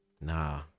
Nah